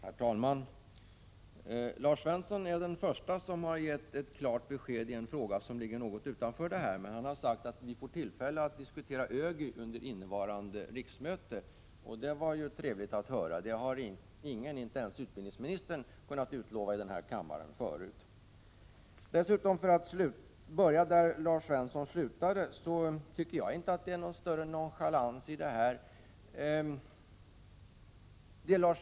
Herr talman! Lars Svensson är den förste som har gett klart besked i en fråga som ligger utanför det här området. Han har sagt att vi får tillfälle att diskutera ÖGY under innevarande riksmöte, och det var ju trevligt att höra. Det har ingen annan — inte ens utbildningsministern — kunnat utlova tidigare här i kammaren. För att börja där Lars Svensson slutade vill jag framhålla att det inte finns någon större nonchalans i det här sammanhanget.